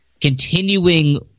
continuing